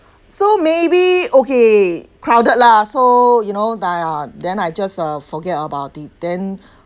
so maybe okay crowded lah so you know I ah then I just uh forget about it then